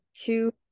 Two